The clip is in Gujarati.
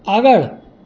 આગળ